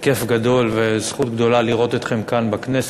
זה כיף גדול וזכות גדולה לראות אתכם כאן בכנסת,